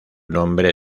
nombre